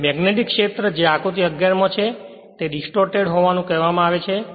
તેથી મેગ્નેટીક ક્ષેત્ર કે જે આકૃતિ 11 માં છે તે ડિસટોરટેડ હોવાનું કહેવામાં આવે છે